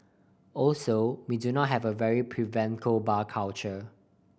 also we do not have a very prevalent bar culture